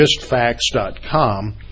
justfacts.com